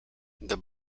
the